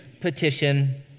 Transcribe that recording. petition